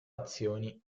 azioni